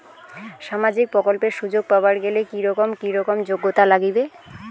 সামাজিক প্রকল্পের সুযোগ পাবার গেলে কি রকম কি রকম যোগ্যতা লাগিবে?